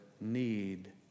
need